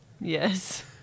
Yes